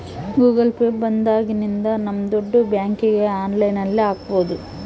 Google Pay ಬಂದಾಗಿನಿಂದ ನಮ್ ದುಡ್ಡು ಬ್ಯಾಂಕ್ಗೆ ಆನ್ಲೈನ್ ಅಲ್ಲಿ ಹಾಕ್ಬೋದು